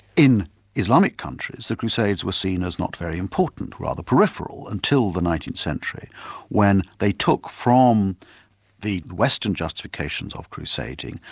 in islamic countries the crusades were seen as not very important, rather peripheral, until the nineteenth century when they took from the western justifications of crusading,